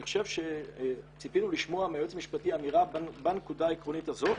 אני חושב שציפינו לשמוע מהיועץ המשפטי אמירה בנקודה העקרונית הזו.